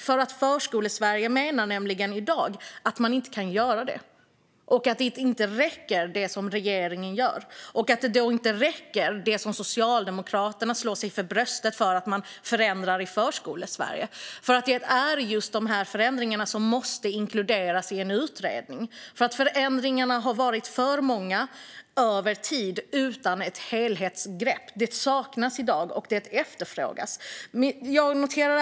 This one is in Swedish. Förskolesverige menar nämligen att den inte är det i dag och att det som regeringen gör inte räcker. Då räcker det inte att, som Socialdemokraterna gör, slå sig för bröstet och säga att man förändrar Förskolesverige. Just de förändringarna måste inkluderas i en utredning. Förändringarna har under lång tid varit för många, utan att det har tagits ett helhetsgrepp. Det saknas i dag, och det efterfrågas. Fru talman!